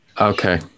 Okay